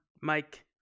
Mike